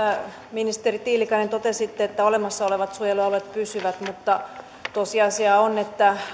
ministeri tiilikainen totesitte että olemassa olevat suojelualueet pysyvät mutta tosiasia on että